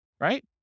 right